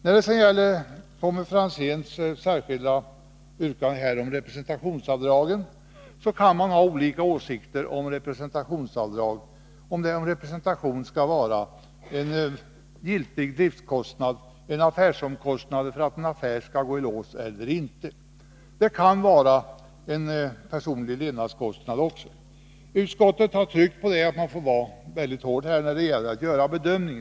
När det gäller Tommy Franzéns särskilda yrkande om representationsav Nr 113 draget vill jag framhålla att man kan ha olika åsikter om detta och om Torsdagen den representationen skall vara en avdragsgill driftkostnad, alltså en omkostnad 47 april 1983 för att en affär skall gå i lås, eller inte. Det kan också vara fråga om en personlig levnadskostnad. Utskottet har tryckt på att man får vara väldigt hård när det gäller att göra en bedömning.